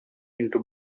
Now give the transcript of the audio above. into